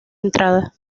entrada